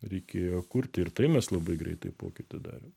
reikėjo kurti ir tai mes labai greitai pokytį darėm